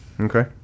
okay